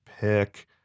pick